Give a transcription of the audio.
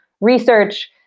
research